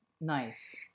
Nice